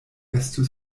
estu